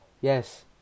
Yes